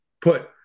put